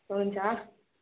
हुन्छ